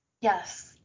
Yes